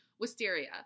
Wisteria